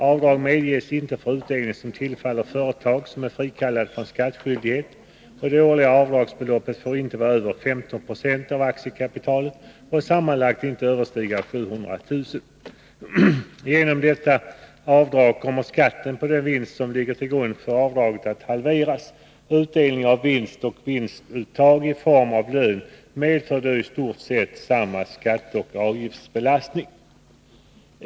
Avdrag medges inte för utdelning som tillfaller företag som är frikallade från skattskyldighet, och det årliga avdragsbeloppet får inte vara över 15 90 av aktiekapitalet och sammanlagt inte överstiga 700 000 kr. Genom detta avdrag kommer skatten på den vinst som ligger till grund för avdraget att halveras. Utdelning av vinst och vinstuttag i form av lön medför då i stort sett samma skatteoch avgiftsbelastning.